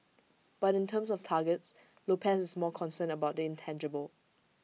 but in terms of targets Lopez is more concerned about the intangible